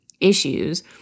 issues